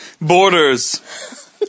Borders